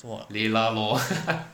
什么